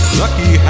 lucky